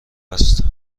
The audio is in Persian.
است